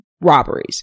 robberies